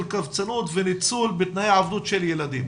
קבצנות וניצול בתנאי עבדות של ילדים?